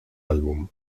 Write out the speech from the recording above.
álbum